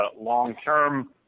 long-term